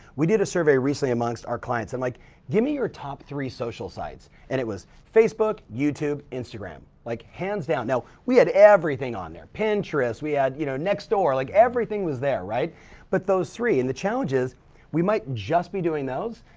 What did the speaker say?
we did a survey recently amongst our clients and like give me your top three social sites and it was facebook, youtube, instagram, like hands down. we had everything on there, pinterest, we had you know nextdoor, like everything was there, but those three and the challenge is we might just be doing those,